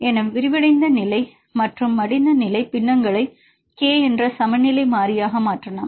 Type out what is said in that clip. எனவே விரிவடைந்த நிலை மற்றும் மடிந்த நிலை பின்னங்கள்லை k என்ற சமநிலை மாறிலியாக மாற்றலாம்